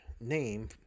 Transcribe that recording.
name